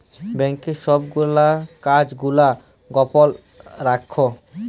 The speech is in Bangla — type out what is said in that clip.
ব্যাংকের ছব গুলা কাজ গুলা গপল রাখ্যে